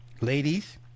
ladies